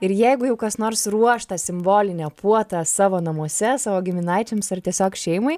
ir jeigu jau kas nors ruoš tą simbolinę puotą savo namuose savo giminaičiams ar tiesiog šeimai